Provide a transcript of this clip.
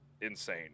insane